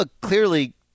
clearly